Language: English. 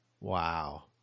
Wow